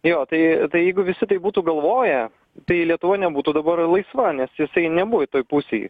jo tai tai jeigu visi tai būtų galvoję tai lietuva nebūtų dabar laisva nes jisai nebuvo toj pusėj